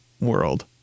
world